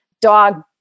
dog